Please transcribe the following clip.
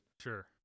Sure